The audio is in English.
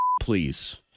please